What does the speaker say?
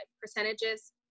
percentages